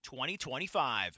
2025